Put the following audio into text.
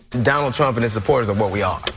donald trump and his supporters are what we are.